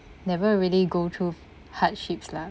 never really go through hardships lah